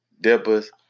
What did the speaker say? dippers